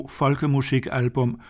folkemusikalbum